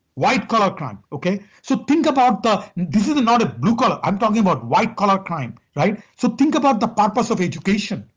white collar crime, okay? so think about, and this is not a blue collar, i'm talking about white collar crime, right. so think about the purpose of education.